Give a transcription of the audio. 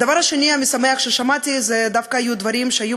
הדבר השני המשמח ששמעתי זה דווקא דברים שיצאו